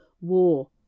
war